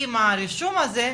עם הרישום הזה,